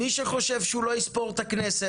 מי שחושב שהוא לא יספור את הכנסת,